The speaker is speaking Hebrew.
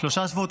שלושה שבועות.